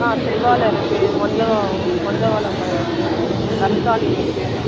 ஆ செவ்வாழை இருக்குது மொந்தன் மொந்தன் வாழைப் பழம் இருக்குது ரஸ்தாளி இருக்குது